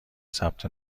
ثبت